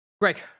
Greg